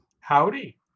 Howdy